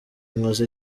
nkoze